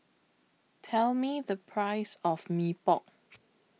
Tell Me The Price of Mee Pok